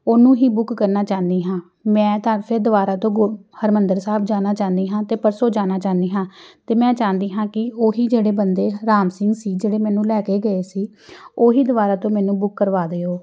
ਉਹਨੂੰ ਹੀ ਬੁੱਕ ਕਰਨਾ ਚਾਹੁੰਦੀ ਹਾਂ ਮੈਂ ਤਾਂ ਫਿਰ ਦੁਬਾਰਾ ਤੋਂ ਗੁ ਹਰਿਮੰਦਰ ਸਾਹਿਬ ਜਾਣਾ ਚਾਹੁੰਦੀ ਹਾਂ ਅਤੇ ਪਰਸੋਂ ਜਾਣਾ ਚਾਹੁੰਦੀ ਹਾਂ ਅਤੇ ਮੈਂ ਚਾਹੁੰਦੀ ਹਾਂ ਕਿ ਉਹ ਹੀ ਜਿਹੜੇ ਬੰਦੇ ਰਾਮ ਸਿੰਘ ਸੀ ਜਿਹੜੇ ਮੈਨੂੰ ਲੈ ਕੇ ਗਏ ਸੀ ਉਹ ਹੀ ਦੁਬਾਰਾ ਤੋਂ ਮੈਨੂੰ ਬੁੱਕ ਕਰਵਾ ਦਿਓ